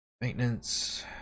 Maintenance